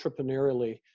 entrepreneurially